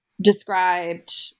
described